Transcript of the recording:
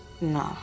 no